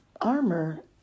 armor